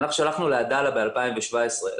אנחנו שלחנו לעדאללה ב-2017.